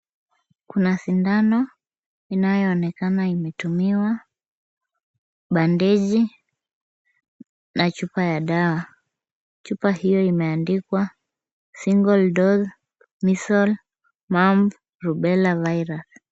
Kuna sindano inayoonekana imetumiwa, bandeji na chupa ya dawa. Chupa hiyo imeandikwa single dose measle, mump na rubella virus .